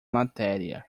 matéria